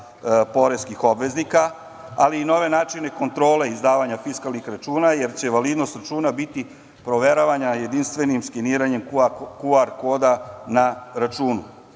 poreskih obveznika, ali i nove načine kontrole izdavanja fiskalnih računa, jer će validnost računa biti proveravana jedinstvenim skeniranjem QR koda na računu.